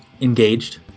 engaged